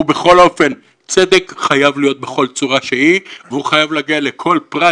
ובכל אופן צדק חייב להיות בכל צורה שהיא והוא חייב להגיע לכל פרט,